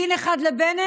דין אחד לבנט,